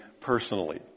personally